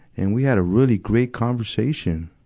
and we had a really great conversation,